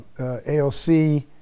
AOC